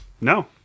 no